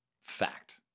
Fact